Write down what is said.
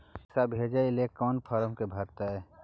पैसा भेजय लेल कोन फारम के भरय परतै?